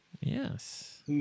Yes